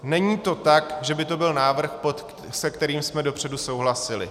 Není to tak, že by to byl návrh, se kterým jsme dopředu souhlasili.